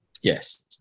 Yes